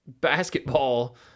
basketball